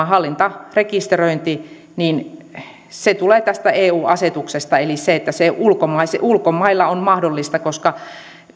hallintarekisteröinti tulee eu asetuksesta eli se että se ulkomailla on mahdollista koska